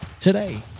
today